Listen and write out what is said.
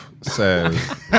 says